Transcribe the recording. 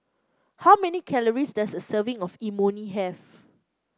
how many calories does a serving of Imoni have